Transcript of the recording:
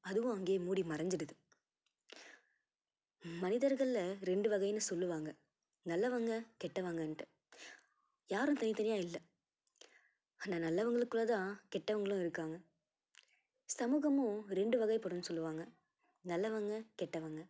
அதுவும் அங்கே மூடி மறைஞ்சிடுது மனிதர்கள்ல ரெண்டு வகைனு சொல்லுவாங்கள் நல்லவங்கள் கெட்டவங்கன்ட்டு யாரும் தனித்தனியாக இல்லை அந்த நல்லவங்களுக்குள்ள தான் கெட்டவங்களும் இருக்காங்கள் சமூகமும் ரெண்டு வகைப்படும்னு சொல்லுவாங்கள் நல்லவங்கள் கெட்டவங்கள்